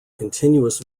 continuous